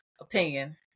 opinion